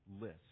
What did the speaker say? list